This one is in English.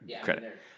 credit